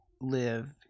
live